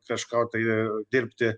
kažko tai dirbti